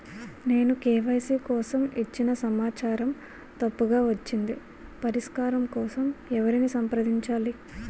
నేను కే.వై.సీ కోసం ఇచ్చిన సమాచారం తప్పుగా వచ్చింది పరిష్కారం కోసం ఎవరిని సంప్రదించాలి?